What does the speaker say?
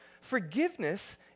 Forgiveness